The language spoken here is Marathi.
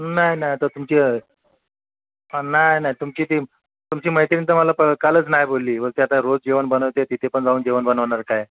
नाही नाही आता तुमची हा नाही नाही तुमची ती तुमची मैत्रीण तर मला प कालच नाही बोलली बोलते आता रोज जेवण बनवते तिथे पण जाऊन जेवण बनवणार काय